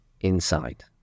inside